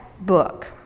book